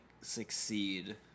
succeed